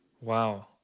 Wow